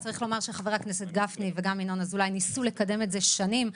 צריך לומר שחבר הכנסת גפני וגם ינון אזולאי ניסו לקדם את זה שנים.